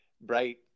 bright